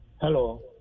hello